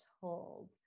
told